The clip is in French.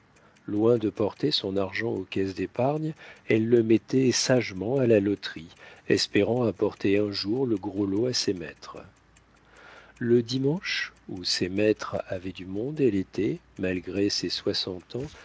loin de porter son argent aux caisses d'épargne elle le mettait sagement à la loterie espérant apporter un jour le gros lot à ses maîtres le dimanche où ses maîtres avaient du monde elle était malgré ses soixante ans